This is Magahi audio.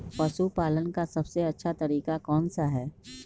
पशु पालन का सबसे अच्छा तरीका कौन सा हैँ?